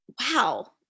wow